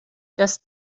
just